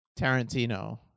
Tarantino